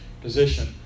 position